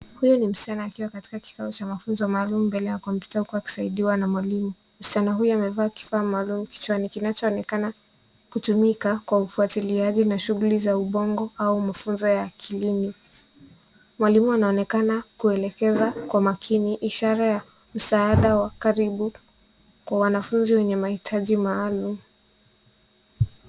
Huyu ni msichana akiwa katika kikao cha mafunzo maalumu mbele ya kompyuta huku akisaidiwa na mwalimu. Msichana huyu amevaa kifaa maalumu kichwani kinachoonekana kutumika kwa ufuatiliaji na shughuli za ubongo au mafunzo ya akilini. Mwalimu anaonekana kuelekeza kwa makini, ishara ya msaada wa karibu kwa wanafunzi wenye mahitaji maalumu.